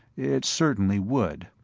it certainly would.